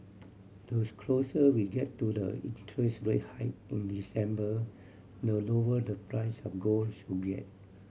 those closer we get to the interest rate hike in December the lower the price of gold should get